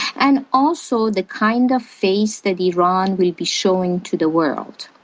and also the kind of face that iran will be showing to the world.